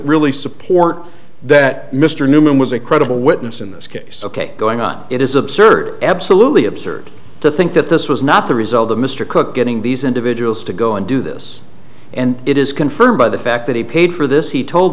really support that mr newman was a credible witness in this case ok going on it is absurd absolutely absurd to think that this was not the result of mr cook getting these individuals to go and do this and it is confirmed by the fact that he paid for this he told